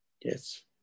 Yes